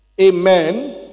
amen